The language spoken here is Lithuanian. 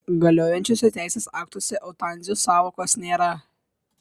galiojančiuose teisės aktuose eutanazijos sąvokos nėra